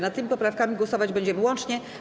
Nad tymi poprawkami głosować będziemy łącznie.